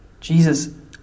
Jesus